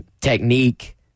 technique